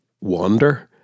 wander